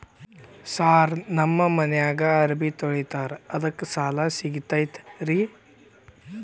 Sir ನಮ್ಮ ಮನ್ಯಾಗ ಅರಬಿ ತೊಳಿತಾರ ಅದಕ್ಕೆ ಸಾಲ ಸಿಗತೈತ ರಿ?